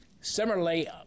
similarly